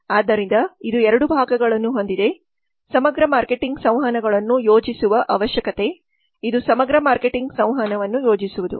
ಆದ್ದರಿಂದ ಇದು ಎರಡು ಭಾಗಗಳನ್ನು ಹೊಂದಿದೆ ಸಮಗ್ರ ಮಾರ್ಕೆಟಿಂಗ್ ಸಂವಹನಗಳನ್ನು ಯೋಜಿಸುವ ಅವಶ್ಯಕತೆ ಇದು ಸಮಗ್ರ ಮಾರ್ಕೆಟಿಂಗ್ ಸಂವಹನವನ್ನು ಯೋಜಿಸುವುದು